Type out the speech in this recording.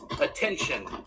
attention